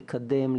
לקדם,